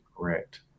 correct